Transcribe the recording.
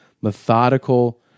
methodical